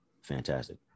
fantastic